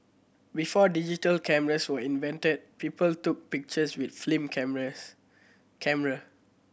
before digital cameras were invented people took pictures with film cameras camera